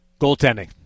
Goaltending